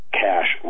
cash